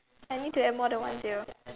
I need to add more than one zero